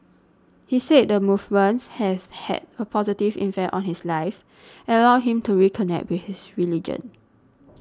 he said the movements has had a positive infect on his life allowed him to reconnect with his religion